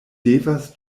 devas